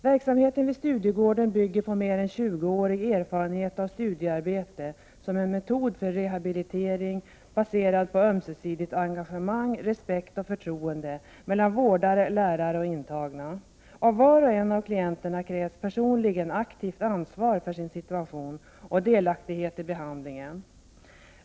Verksamheten vid Studiegården bygger på mer än tjugoårig erfarenhet av studiearbete som en metod för rehabilitering, baserad på ömsesidigt engagemang, respekt och förtroende mellan vårdare, lärare och intagna. Var och en av klienterna måste ta ett personligt aktivt ansvar för sin situation och delaktighet i behandlingen.